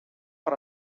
per